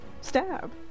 stab